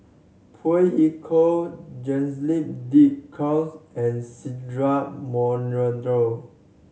Phey Yew Kok Jacques De Coutre and Cedric Monteiro